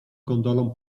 gondolą